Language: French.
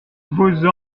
vous